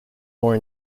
more